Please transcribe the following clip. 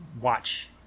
watch